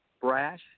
brash